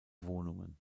wohnungen